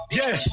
yes